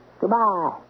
Goodbye